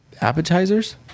Appetizers